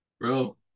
Bro